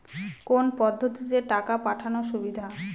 কোন পদ্ধতিতে টাকা পাঠানো সুবিধা?